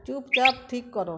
চুপচাপ ঠিক করো